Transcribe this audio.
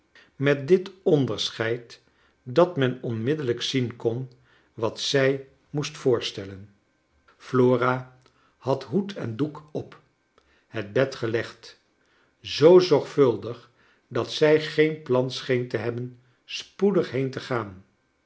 met dit onderscheidj dat men cnmiddellijk zien kon wat zij moest voorstellen flora had hoed en doek op het bed gelegd zoo zorgvuldig dat zij geen plan scheen te hebben spoedig heen te gaan